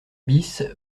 bis